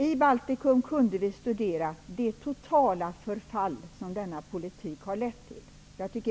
I Baltikum kunde vi studera det totala förfall som denna politik har lett till.